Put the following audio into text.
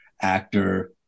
actor